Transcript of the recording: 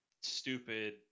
stupid –